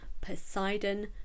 Poseidon